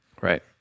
right